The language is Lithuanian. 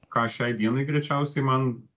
ką šiai dienai greičiausiai man